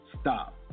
stop